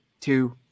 two